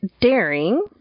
Daring